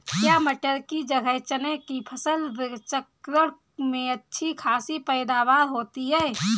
क्या मटर की जगह चने की फसल चक्रण में अच्छी खासी पैदावार होती है?